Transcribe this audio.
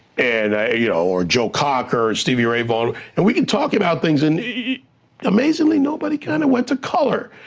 and, you know or joe cocker, stevie ray vaughan, and we can talk about things, and amazingly nobody kinda went to color,